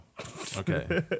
Okay